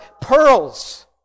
pearls